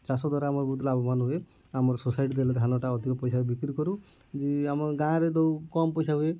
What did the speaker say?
ଚାଷ ଦ୍ୱାରା ଆମର ବହୁତ ଲାଭବାନ ହୁଏ ଆମର ସୋସାଇଟି ଦେଲେ ଧାନଟା ଅଧିକ ପଇସା ବିକ୍ରି କରୁ ଆମ ଗାଁରେ ଦେଉ କମ୍ ପଇସା ହୁଏ